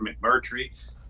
McMurtry